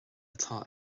atá